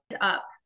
up